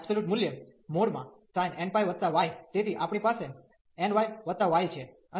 અને આ એબ્સોલ્યુટ મૂલ્ય |sin nπy | તેથી આપણી પાસે n y y છે